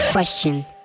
Question